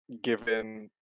given